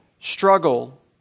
struggle